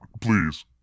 Please